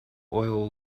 oil